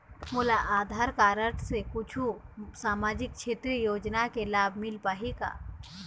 मोला आधार कारड से कुछू सामाजिक क्षेत्रीय योजना के लाभ मिल पाही का?